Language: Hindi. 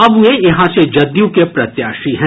अब वे यहां से जदयू के प्रत्याशी हैं